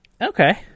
okay